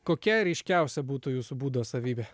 kokia ryškiausia būtų jūsų būdo savybė